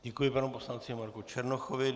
Děkuji panu poslanci Marku Černochovi.